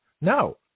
No